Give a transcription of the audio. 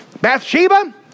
Bathsheba